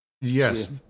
Yes